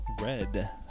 Red